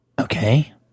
Okay